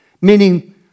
Meaning